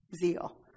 zeal